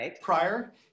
prior